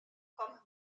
comme